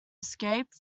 escape